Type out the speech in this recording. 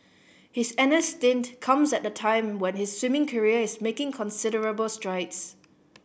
his N S stint comes at a time when his swimming career is making considerable strides